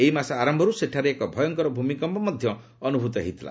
ଏହିମାସ ଆରମ୍ଭରୁ ସେଠାରେ ଏକ ଭୟଙ୍କର ଭୂମିକମ୍ପ ମଧ୍ୟ ଅନୁଭୂତ ହୋଇଥିଲା